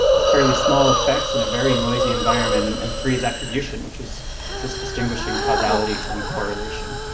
fairly small effects in a very noisy environment. and and three is attribution, which is just distinguishing causality from correlation.